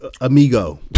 Amigo